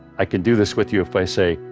i can do this with you if i say,